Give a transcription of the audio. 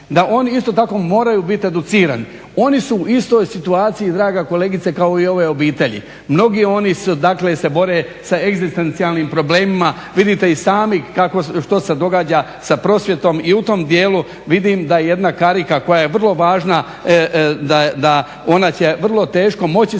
da oni isto tako moraju biti educirani. Oni su u istoj situaciji draga kolegice kao i ove obitelji, mnogi oni dakle se bore sa egzistencijalnim problemima, vidite i sami što se događa sa prosvjetom i u tom dijelu vidim da jedna karika koja je vrlo važna da, ona će vrlo teško moći